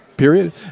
period